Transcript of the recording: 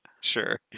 sure